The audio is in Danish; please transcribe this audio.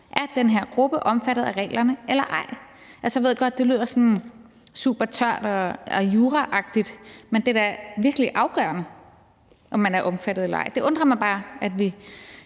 om den her gruppe er omfattet af reglerne eller ej. Jeg ved godt, at det lyder supertørt og juraagtigt, men det er da virkelig afgørende, om man er omfattet eller ej. Det undrer mig bare, at vi